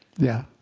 yeah?